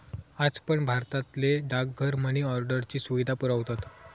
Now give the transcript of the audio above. आज पण भारतातले डाकघर मनी ऑर्डरची सुविधा पुरवतत